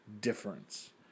difference